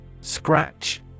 Scratch